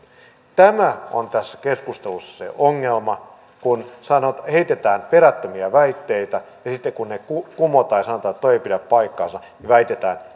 tämä on tässä keskustelussa se ongelma kun heitetään perättömiä väitteitä ja sitten kun ne kumotaan ja sanotaan että tuo ei pidä paikkaansa väitetään